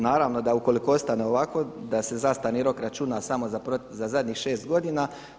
Naravno da ukoliko ostane ovako da se zastarni rok računa samo za zadnjih 6 godina.